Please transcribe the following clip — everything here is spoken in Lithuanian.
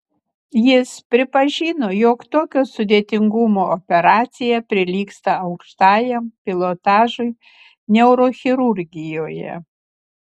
jis pripažino jog tokio sudėtingumo operacija prilygsta aukštajam pilotažui neurochirurgijoje